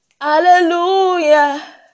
hallelujah